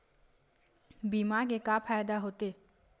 बीमा के का फायदा होते?